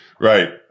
Right